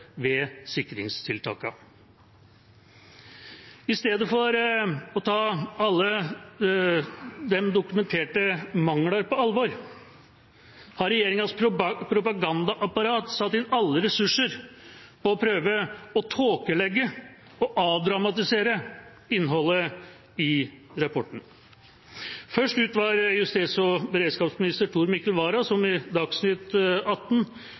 ved sikringstiltakene. I stedet for å ta alle de dokumenterte mangler på alvor har regjeringas propagandaapparat satt inn alle ressurser på å prøve å tåkelegge og avdramatisere innholdet i rapporten. Først ut var justis- og beredskapsminister Tor Mikkel Wara, som i Dagsnytt